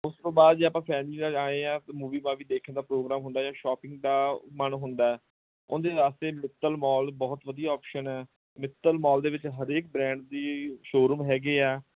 ਉਸ ਤੋਂ ਬਾਅਦ ਜੇ ਆਪਾਂ ਫੈਮਿਲੀ ਨਾਲ ਆਏ ਹਾਂ ਮੂਵੀ ਮਾਵੀ ਦੇਖਣ ਦਾ ਪ੍ਰੋਗਰਾਮ ਹੁੰਦਾ ਜਾਂ ਸ਼ੋਪਿੰਗ ਦਾ ਮਨ ਹੁੰਦਾ ਉਹਦੇ ਵਾਸਤੇ ਮਿੱਤਲ ਮੋਲ ਬਹੁਤ ਵਧੀਆ ਆਪਸ਼ਨ ਹੈ ਮਿੱਤਲ ਮੋਲ ਦੇ ਵਿੱਚ ਹਰੇਕ ਬ੍ਰਾਂਡ ਦੀ ਸ਼ੋਰੂਮ ਹੈਗੇ ਆ